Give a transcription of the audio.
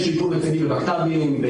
יש שיפור רציני בבקבוקי תבערה,